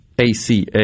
ACA